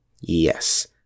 Yes